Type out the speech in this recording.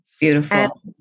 Beautiful